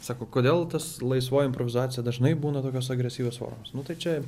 sako kodėl tas laisvoji improvizacija dažnai būna tokios agresyvios formos nu tai čia